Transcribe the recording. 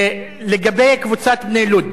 לגבי קבוצת "בני לוד":